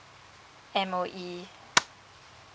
M_O_E